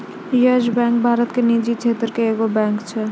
yes Bank Bharat मे निजी क्षेत्रो के एगो बैंक छै